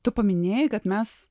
tu paminėjai kad mes